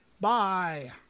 bye